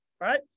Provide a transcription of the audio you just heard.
right